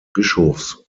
bischofs